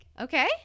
Okay